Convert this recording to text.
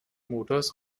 mofas